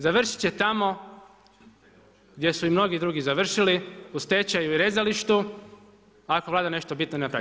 Završit će tamo gdje su i mnogi drugi završili u stečaju i rezalištu ako Vlada nešto bitno ne napravi.